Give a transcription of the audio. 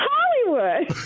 Hollywood